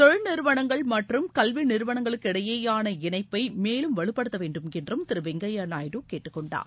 தொழில்நிறுவனங்கள் மற்றும் கல்வி நிறுவனங்களுக்கிடையேயான இணைப்பை மேலும் வலுப்படுத்த வேண்டுமென்று திரு வெங்கய்யா நாயுடு கேட்டுக் கொண்டார்